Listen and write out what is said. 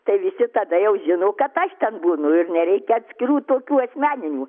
tai visi tada jau žino kad aš ten būnu ir nereikia atskirų tokių asmeninių